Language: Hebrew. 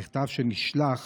מכתב שנשלח